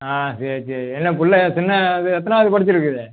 ஆ சரி சரி என்ன பிள்ளை சின்ன இது எத்தனாவது படிச்சுருக்குது